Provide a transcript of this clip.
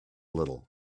little